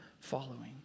following